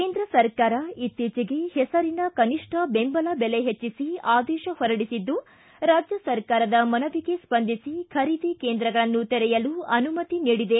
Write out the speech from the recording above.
ಕೇಂದ್ರ ಸರ್ಕಾರ ಇತ್ತೀಚೆಗೆ ಹೆಸರಿನ ಕನಿಷ್ಠ ಬೆಂಬಲ ಬೆಲೆ ಹೆಚ್ಚಿಸಿ ಆದೇಶ ಹೊರಡಿಸಿದ್ದು ರಾಜ್ಯ ಸರ್ಕಾರದ ಮನವಿಗೆ ಸ್ಪಂದಿಸಿ ಕೇಂದ್ರಗಳನ್ನು ತೆರೆಯಲು ಅನುಮತಿ ನೀಡಿದೆ